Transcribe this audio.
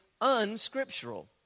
unscriptural